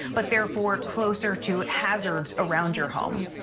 but therefore closer to hazards around your home.